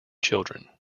children